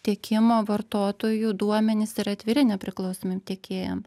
tiekimo vartotojų duomenys yra atviri nepriklausomiem tiekėjam